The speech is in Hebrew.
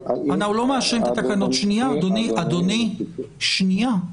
--- אדוני, שנייה.